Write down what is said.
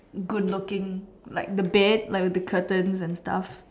good looking like the bed like the curtains and stuff